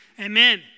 Amen